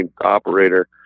operator